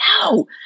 no